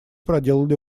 проделали